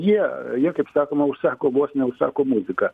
jie jie kaip sakoma užsako vos ne užsako muziką